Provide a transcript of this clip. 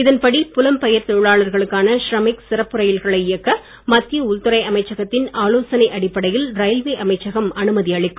இதன்படி புலம் பெயர் தொழிலாளர்களுக்கான ஷ்ரமிக் சிறப்பு ரயில்களை இயக்க மத்திய உள்துறை அமைச்சகத்தின் ஆலோசனை அடிப்படையில் ரயில்வே அமைச்சகம் அனுமதி அளிக்கும்